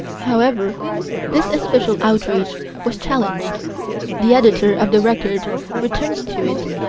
however this especial outrage was challenged the editor of the record returns to it,